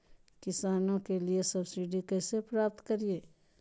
किसानों के लिए सब्सिडी कैसे प्राप्त करिये?